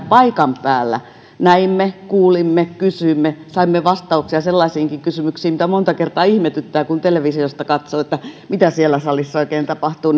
paikan päällä näimme kuulimme kysyimme saimme vastauksia sellaisiinkin kysymyksiin mitkä monta kertaa ihmetyttävät kun televisiosta katsoo mitä siellä salissa oikein tapahtuu